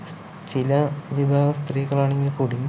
ചില വിഭാഗം സ്ത്രീകളാണെങ്കിൽക്കൂടി